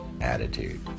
attitude